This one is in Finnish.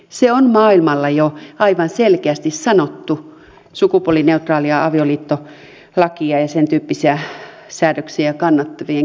se on maailmalla jo aivan selkeästi sanottu sukupuolineutraalia avioliittolakia ja sentyyppisiä säädöksiä kannattavien keskuudessa